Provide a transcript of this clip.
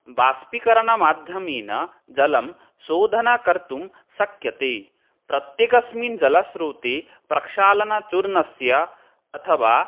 बाष्पिकरणमाध्यमेन जलं शोधनं कर्तुं शक्यते प्रत्येकस्मिन् जलस्रोते प्रक्षालनचूर्णस्य अथवा